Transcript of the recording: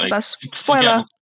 spoiler